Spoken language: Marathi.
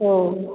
हो